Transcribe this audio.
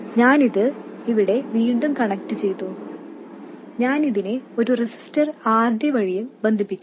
ഞാനിത് ഇവിടെ വീണ്ടും കണക്റ്റുചെയ്തു ഞാൻ ഇതിനെ ഒരു റെസിസ്റ്റർ RD വഴിയും ബന്ധിപ്പിക്കും